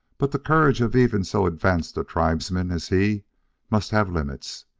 but the courage of even so advanced a tribesman as he must have limits.